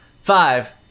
Five